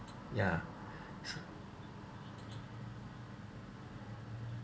yeah